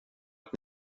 att